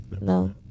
No